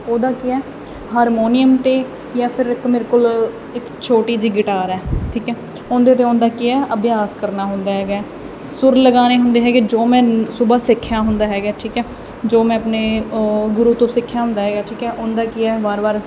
ਉਹਦਾ ਕੀ ਹੈ ਹਾਰਮੋਨੀਅਮ 'ਤੇ ਜਾਂ ਫਿਰ ਇੱਕ ਮੇਰੇ ਕੋਲ ਇੱਕ ਛੋਟੀ ਜਿਹੀ ਗਿਟਾਰ ਹੈ ਠੀਕ ਹੈ ਉਹਦੇ 'ਤੇ ਉਹਦਾ ਕੀ ਹੈ ਅਭਿਆਸ ਕਰਨਾ ਹੁੰਦਾ ਹੈਗਾ ਸੁਰ ਲਗਾਉਣੇ ਹੁੰਦੇ ਹੈਗੇ ਜੋ ਮੈਂ ਸੁਬਹਾ ਸਿੱਖਿਆ ਹੁੰਦਾ ਹੈਗਾ ਠੀਕ ਹੈ ਜੋ ਮੈਂ ਆਪਣੇ ਗੁਰੂ ਤੋਂ ਸਿੱਖਿਆ ਹੁੰਦਾ ਹੈਗਾ ਠੀਕ ਹੈ ਉਹਦਾ ਕੀ ਹੈ ਵਾਰ ਵਾਰ